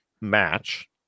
match